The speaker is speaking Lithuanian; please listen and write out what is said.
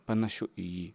panašiu į jį